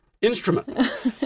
instrument